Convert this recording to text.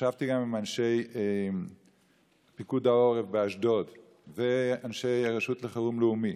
ישבתי גם עם אנשי פיקוד העורף באשדוד ועם אנשי הרשות לחירום לאומי,